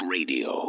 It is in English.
Radio